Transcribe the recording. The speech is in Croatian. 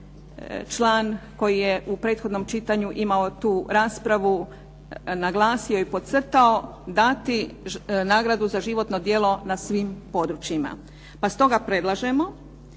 član koji je u prethodnom čitanju imao tu raspravu naglasio i podcrtao dati nagradu za životno djelo na svim područjima, pa stoga predlažemo